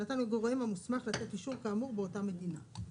שנתן הגורם המוסמך לתת אישור כאמור באותה מדינה.